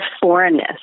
foreignness